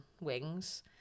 wings